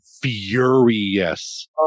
furious